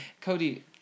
Cody